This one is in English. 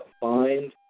find